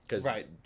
Right